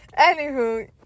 anywho